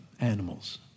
animals